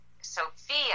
Sophia